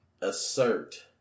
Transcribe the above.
assert